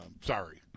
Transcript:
Sorry